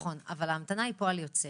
ההמתנה היא פועל יוצא